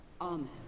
Amen